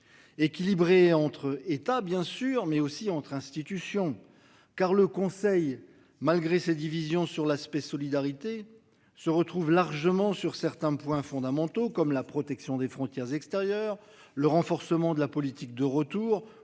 Équilibré entre États. Bien sûr, mais aussi entre institutions car le Conseil malgré ses divisions sur l'aspect solidarité se retrouve largement sur certains points fondamentaux comme la protection des frontières extérieures, le renforcement de la politique de retour